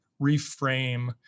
reframe